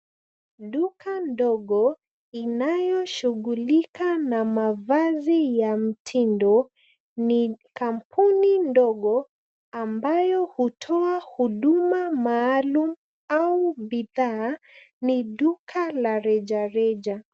Duka ndogo inayoshughulika na mavazi ya mtindo. Ni kampuni ndogo ambayo hutoa huduma maalum au bidhaa. Ni duka la rejareja.